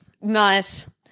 Nice